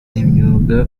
imyuga